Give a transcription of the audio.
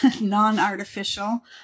non-artificial